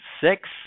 Six